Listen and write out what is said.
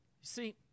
see